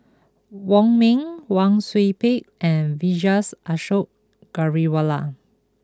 Wong Ming Wang Sui Pick and Vijesh Ashok Ghariwala